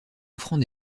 offrant